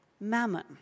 Mammon